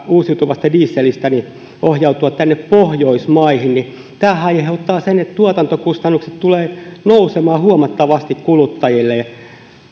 uusiutuvasta dieselistä ohjautua tänne pohjoismaihin tämähän aiheuttaa sen että tuotantokustannukset tulevat nousemaan huomattavasti kuluttajille